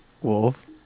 Wolf